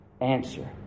answer